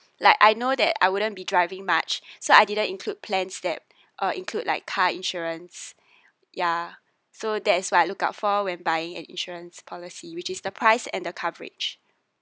like I know that I wouldn't be driving much so I didn't include plans that or include like car insurance ya so that is what I look out for when buying an insurance policy which is the price and the coverage